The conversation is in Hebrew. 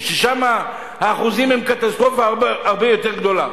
שם האחוזים הם קטסטרופה הרבה יותר גדולה.